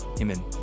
amen